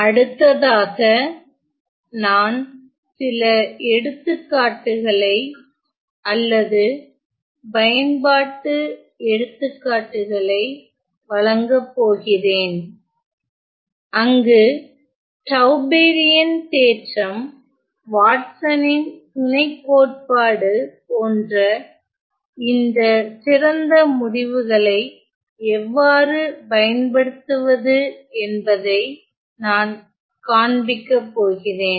அடுத்ததாக நான் சில எடுத்துக்காட்டுகளை அல்லது பயன்பாட்டு எடுத்துக்காட்டுகளை வழங்கப் போகிறேன் அங்கு டவ்பெரியன் தேற்றம் வாட்சனின் துணைக் கோட்பாடு போன்ற இந்த சிறந்த முடிவுகளை எவ்வாறு பயன்படுத்துவது என்பதை நான் காண்பிக்கப் போகிறேன்